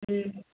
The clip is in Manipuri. ꯎꯝ